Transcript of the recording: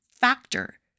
factor